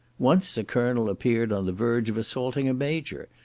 once a colonel appeared on the verge of assaulting a major,